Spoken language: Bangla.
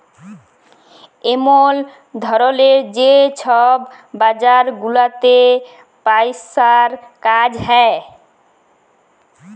এমল ধরলের যে ছব বাজার গুলাতে পইসার কাজ হ্যয়